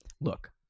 look